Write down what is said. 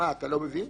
אתה לא מבין?